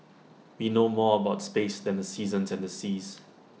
we know more about space than the seasons and the seas